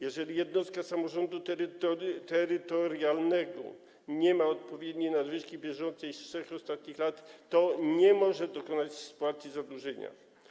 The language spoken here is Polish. Jeżeli jednostka samorządu terytorialnego nie ma odpowiedniej nadwyżki bieżącej z ostatnich 3 lat, to nie może dokonać spłaty zadłużenia.